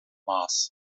maas